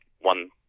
one